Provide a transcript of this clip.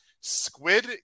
Squid